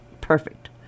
perfect